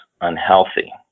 unhealthy